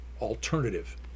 alternative